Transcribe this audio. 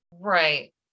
Right